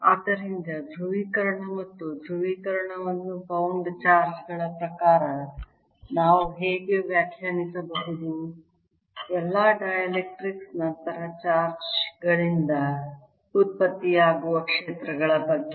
ಆದ್ದರಿಂದ ಧ್ರುವೀಕರಣ ಮತ್ತು ಧ್ರುವೀಕರಣವನ್ನು ಬೌಂಡ್ ಚಾರ್ಜ್ ಗಳ ಪ್ರಕಾರ ನಾವು ಹೇಗೆ ವ್ಯಾಖ್ಯಾನಿಸಬಹುದು ಎಲ್ಲಾ ಎಲೆಕ್ಟ್ರೋಸ್ಟಾಟಿಕ್ಸ್ ನಂತರ ಚಾರ್ಜ್ ಗಳಿಂದ ಉತ್ಪತ್ತಿಯಾಗುವ ಕ್ಷೇತ್ರಗಳ ಬಗ್ಗೆ